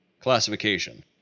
classification